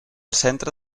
centre